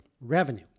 revenue